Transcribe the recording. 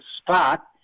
spot